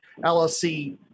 LLC